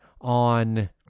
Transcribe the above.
on